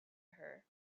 her